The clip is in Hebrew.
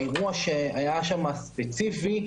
האירוע שהיה שם ספציפית,